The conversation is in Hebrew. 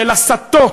של הסתות,